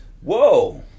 Whoa